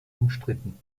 umstritten